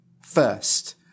first